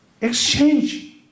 exchange